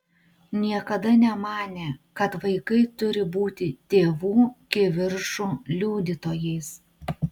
niekada nemanė kad vaikai turi būti tėvų kivirčų liudytojais